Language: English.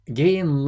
gain